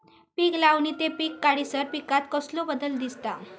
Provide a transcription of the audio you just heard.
पीक लावणी ते पीक काढीसर पिकांत कसलो बदल दिसता?